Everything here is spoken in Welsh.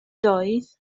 doedd